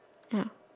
ha